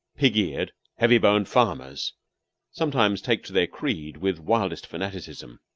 pig-eared, heavy-boned farmers sometimes take to their creed with wildest fanaticism,